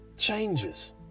changes